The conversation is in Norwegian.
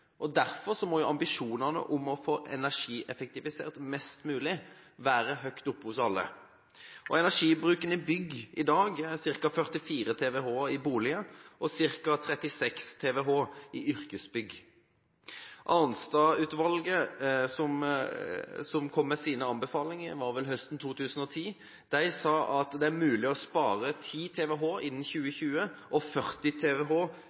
bruker. Derfor må ambisjonene om å få energieffektivisert mest mulig være høye hos alle. Energibruken i bygg i dag er på ca. 44 TWh i boliger og ca. 36 TWh i yrkesbygg. Arnstad-utvalget, som kom med sine anbefalinger høsten 2010, sa at det er mulig å spare 10 TWh innen 2020 og 40 TWh